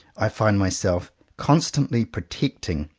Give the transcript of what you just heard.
i find myself constantly protecting,